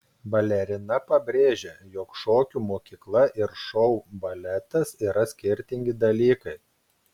balerina pabrėžė jog šokių mokykla ir šou baletas yra skirtingi dalykai